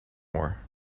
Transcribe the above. more